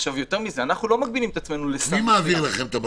יותר מזה, אנחנו לא מגבילים את עצמנו לסל.